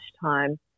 time